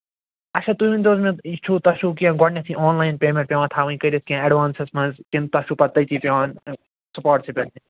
اَچھا تۄہہِ ؤنۍ تو حظ مےٚ یہِ چھُ تۄہہِ چھُو کیٚنٛہہ گۄڈنٮ۪تھ یہِ آنلایَن پیمٮ۪نٛٹ پٮ۪وان تھاوٕنۍ کٔرِتھ کیٚنٛہہ اٮ۪ڈوانٛسس منٛز کِنۍ تۄہہِ چھُو پتہٕ تٔتی پٮ۪وان سُپاٹسٕے پٮ۪ٹھ